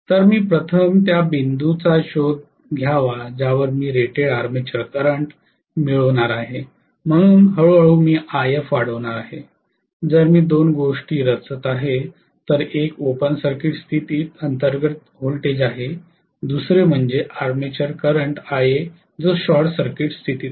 तर मी प्रथम त्या बिंदूचा शोध घ्यावा ज्यावर मी रेटेड आर्मेचर करंट मिळवणार आहे म्हणून हळूहळू मी If वाढवणार आहे जर मी 2 गोष्टी रचत आहे तर एक ओपन सर्किट स्थितीत अंतर्गत व्होल्टेज आहे दुसरे म्हणजे आर्मेचर करंट Ia जो शॉर्ट सर्किट स्थितीत आहे